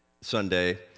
Sunday